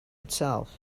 itself